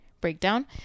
breakdown